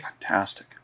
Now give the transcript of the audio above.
fantastic